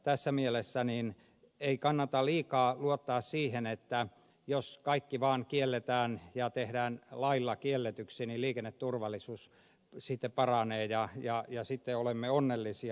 tässä mielessä ei kannata liikaa luottaa siihen että jos kaikki vaan kielletään ja tehdään lailla kielletyksi niin liikenneturvallisuus siitä paranee ja sitten olemme onnellisia